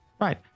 Right